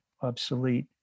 obsolete